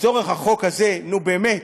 לצורך החוק הזה, נו, באמת.